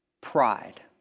Pride